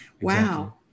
Wow